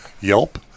Yelp